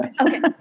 Okay